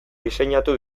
diseinatu